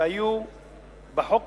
שהיו בחוק,